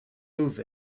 move